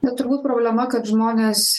na turbūt problema kad žmonės